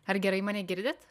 ar gerai mane girdite